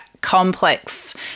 complex